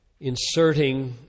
inserting